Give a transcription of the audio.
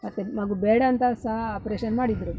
ಮತ್ತು ಮಗು ಬೇಡ ಅಂತ ಸಹ ಆಪ್ರೇಷನ್ ಮಾಡಿದರು